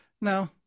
no